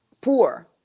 poor